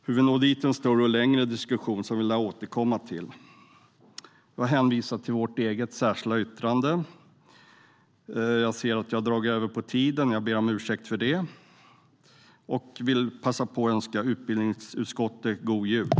Hur vi når dit är en större och längre diskussion som vi lär återkomma till.(TALMANNEN: Som ledamoten mycket riktigt påpekade har ledamoten överskridit den anmälda tiden med mer än 50 procent.